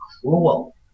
cruel